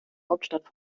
hauptstadt